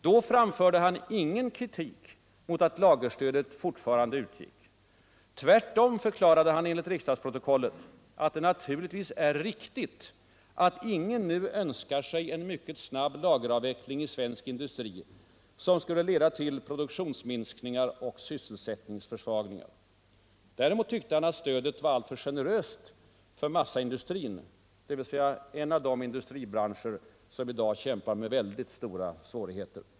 Då framförde han ingen kritik mot att lagerstödet fortfarande utgick; tvärtom förklarade han enligt riksdagsprotokollet att det naturligtvis är riktigt att ingen nu önskar sig en mycket snabb lageravveckling i svensk industri som skulle leda till produktionsminskningar och sysselsättningsförsvagningar. Däremot tyckte han att stödet var alltför generöst för massaindustrin, dvs. en av de industribranscher som i dag kämpar med oerhört stora svårigheter.